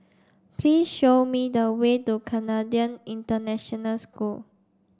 please show me the way to Canadian International School